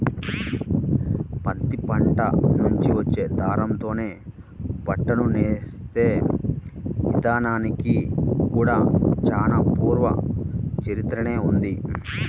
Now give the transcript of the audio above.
పత్తి పంట నుంచి వచ్చే దారంతోనే బట్టను నేసే ఇదానానికి కూడా చానా పూర్వ చరిత్రనే ఉంది